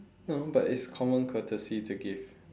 no but it's common courtesy to give